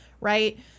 right